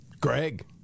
Greg